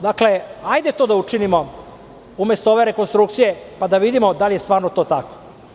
Dakle, hajde to da učinimo umesto ove rekonstrukcije, pa da vidimo da li je stvarno to tako.